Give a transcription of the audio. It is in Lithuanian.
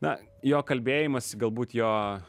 na jo kalbėjimas galbūt jo